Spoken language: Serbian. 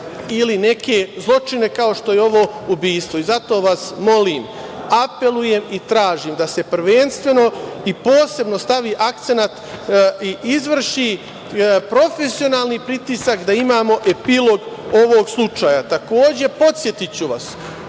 ili neke zločine kao što je ovo ubistvo. Zato vas molim, apelujem i tražim da se prvenstveno i posebno stavi akcenat i izvrši profesionalni pritisak da imamo epilog ovog slučaja. Takođe, podsetiću vas